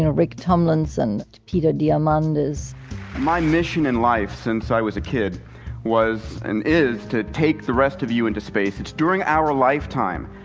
and rick tumlinson, peter diamandis my mission in life since i was a kid was, and is, to take the rest of you into space. it's during our lifetime,